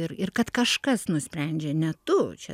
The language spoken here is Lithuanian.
ir ir kad kažkas nusprendžia ne tu čia